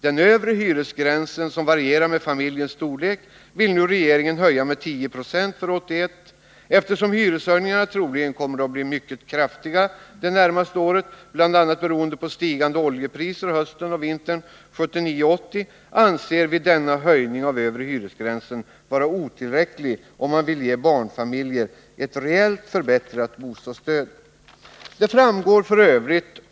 Den övre hyresgränsen, som varierar med familjens storlek, vill nu regeringen höja med 10 96 för 1981. Eftersom hyreshöjningarna troligen kommer att bli mycket kraftiga det närmaste året, bl.a. beroende på stigande oljepriser hösten och vintern 1979-1980, anser vi denna höjning av den övre hyresgränsen vara otillräcklig om man vill ge barnfamiljer ett reellt förbättrat bostadsstöd. — Det framgår f.ö.